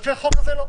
לפי החוק הזה, לא.